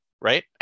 right